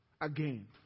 again